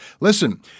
Listen